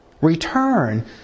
return